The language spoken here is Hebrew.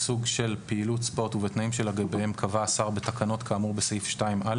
בסוג של פעילות ספורט ובתנאים שלגביהם קבע השר בתקנות כאמור בסעיף 2א